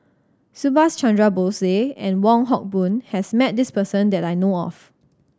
Subhas Chandra Bose and Wong Hock Boon has met this person that I know of